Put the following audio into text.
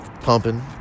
pumping